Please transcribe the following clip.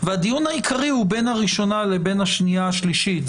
והדיון העיקרי הוא בין הקריאה הראשונה לקריאה השנייה והשלישית.